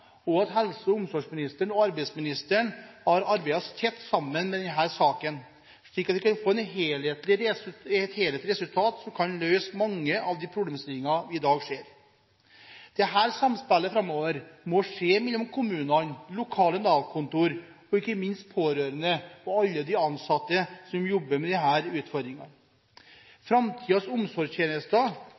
og at helse- og omsorgsministeren og arbeidsministeren har arbeidet tett sammen om denne saken, slik at vi kan få et helhetlig resultat som kan løse mange av de problemstillingene vi i dag ser. Dette samspillet framover må skje mellom kommunene, lokale Nav-kontorer og ikke minst pårørende og alle de ansatte som jobber med disse utfordringene. Framtidens omsorgstjenester